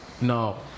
No